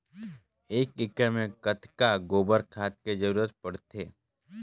एक एकड़ मे कतका गोबर खाद के जरूरत पड़थे?